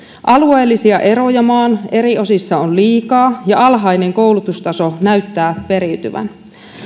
alueellisia eroja maan eri osissa on liikaa ja alhainen koulutustaso näyttää periytyvän